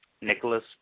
Nicholas